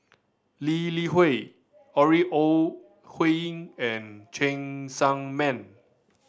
Lee Li Hui Ore Huiying and Cheng Tsang Man